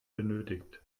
benötigt